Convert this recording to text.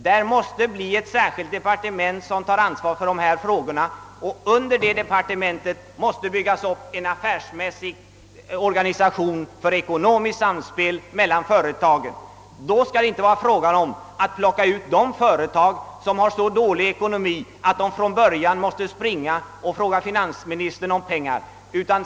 Det måste bli ett särskilt departement som tar ansvar för dessa frågor, och under det departementet måste byggas upp en affärsmässig organisation för ekonomiskt samspel mellan företagen. Då skall det inte vara fråga om att plocka ut de företag som har så dålig ekonomi att de från början måste be finansministern om pengar.